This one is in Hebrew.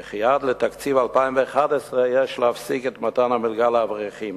וכי עד לתקציב 2011 יש להפסיק את מתן המלגה לאברכים.